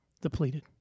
depleted